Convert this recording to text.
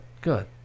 good